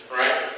right